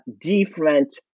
different